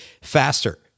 faster